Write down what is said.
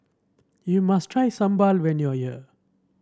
you must try Sambal when you are here